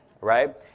right